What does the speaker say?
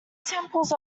samples